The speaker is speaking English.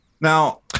Now